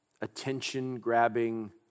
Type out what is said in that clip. attention-grabbing